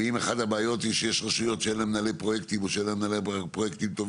ואם אחת הבעיות היא שיש רשויות שאין להם מנהלי פרויקטים או